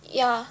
ya